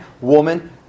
woman